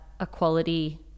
equality